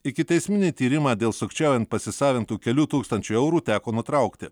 ikiteisminį tyrimą dėl sukčiaujant pasisavintų kelių tūkstančių eurų teko nutraukti